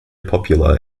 popular